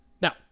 Now